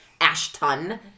Ashton